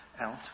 out